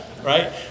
right